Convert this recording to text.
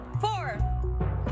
Four